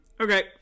Okay